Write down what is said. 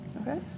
Okay